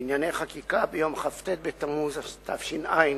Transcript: לענייני חקיקה ביום כ"ט בתמוז תש"ע,